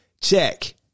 check